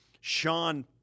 Sean